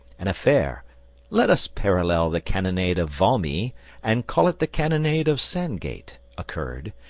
an affair let us parallel the cannonade of valmy and call it the cannonade of sandgate occurred,